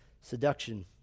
Seduction